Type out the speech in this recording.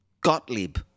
gottlieb